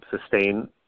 sustain